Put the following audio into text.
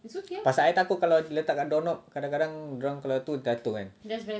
pasal I takut kalau letak dekat door knob kadang-kadang dia orang kalau tu jatuh kan